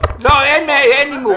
אין נימוק.